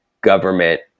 government